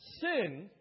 Sin